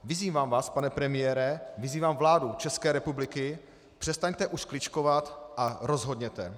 Vyzývám vás, pane premiére, vyzývám vládu České republiky, přestaňte už kličkovat a rozhodněte.